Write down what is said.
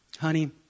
honey